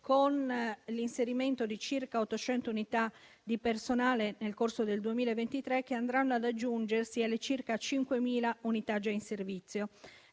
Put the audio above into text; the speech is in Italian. con l'inserimento di circa 800 unità di personale nel corso del 2023, che andranno ad aggiungersi alle circa 5.000 unità già in servizio.